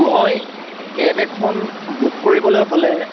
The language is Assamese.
মই কেব এখন বুক কৰিবলৈ হ'লে